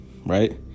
Right